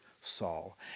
Saul